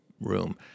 room